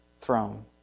throne